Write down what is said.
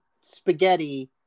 spaghetti